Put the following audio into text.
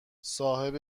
صاحب